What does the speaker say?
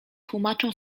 tłumaczą